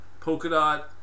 Polkadot